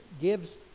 gives